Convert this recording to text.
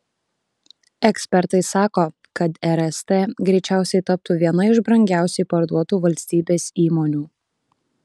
ekspertai sako kad rst greičiausiai taptų viena iš brangiausiai parduotų valstybės įmonių